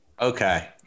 Okay